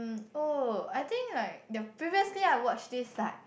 um oh I think like the previously I watched this like